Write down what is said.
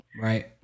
Right